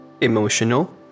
emotional